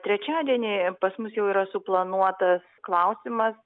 trečiadienį pas mus jau yra suplanuotas klausimas